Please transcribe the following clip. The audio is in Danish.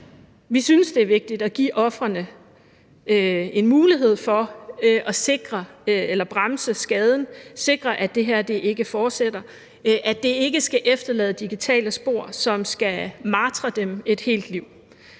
Vi synes, det er vigtigt at give ofrene en mulighed for at bremse skaden, sikre, at det ikke fortsætter, at det ikke skal efterlade digitale spor, som skal martre dem et helt liv.